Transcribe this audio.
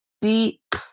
deep